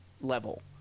level